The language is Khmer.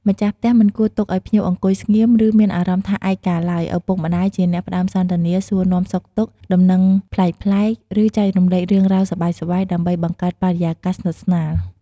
ម្ចាស់ផ្ទះមិនគួរទុកឲ្យភ្ញៀវអង្គុយស្ងៀម ឬមានអារម្មណ៍ថាឯកកាឡើយ ឪពុកម្ដាយជាអ្នកផ្ដើមសន្ទនា សួរនាំសុខទុក្ខ ដំណឹងប្លែកៗ ឬចែករំលែករឿងរ៉ាវសប្បាយៗ ដើម្បីបង្កើតបរិយាកាសស្និទ្ធស្នាល។